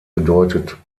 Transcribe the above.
bedeutet